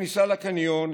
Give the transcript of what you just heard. בכניסה לקניון,